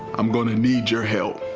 i'm going to need your help